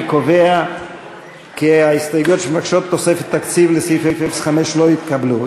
אני קובע כי ההסתייגויות שמבקשות תוספת תקציב לסעיף 05 לא התקבלו.